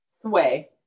Sway